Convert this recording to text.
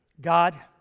God